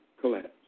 collapse